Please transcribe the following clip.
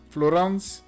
Florence